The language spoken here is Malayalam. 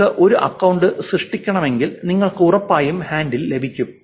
നിങ്ങൾക്ക് ഒരു അക്കൌണ്ട് സൃഷ്ടിക്കണമെങ്കിൽ നിങ്ങൾക്ക് ഉറപ്പായും ഹാൻഡിൽ ലഭിക്കും